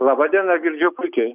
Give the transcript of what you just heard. laba diena girdžiu puikiai